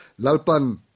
lalpan